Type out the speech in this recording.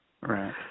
right